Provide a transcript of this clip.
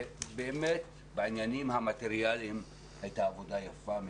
בעניינים המטריאליים הייתה עבודה יפה מאוד,